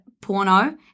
porno